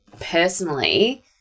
personally